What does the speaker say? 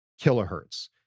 kilohertz